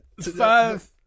Five